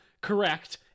correct